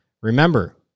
remember